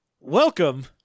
Welcome